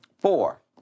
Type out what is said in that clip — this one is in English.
Four